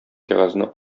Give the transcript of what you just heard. кәгазьне